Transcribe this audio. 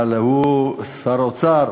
אבל הוא שר האוצר,